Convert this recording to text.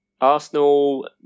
Arsenal